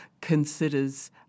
considers